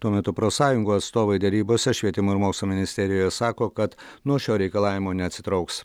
tuo metu profsąjungų atstovai derybose švietimo ir mokslo ministerijoje sako kad nuo šio reikalavimo neatsitrauks